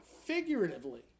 figuratively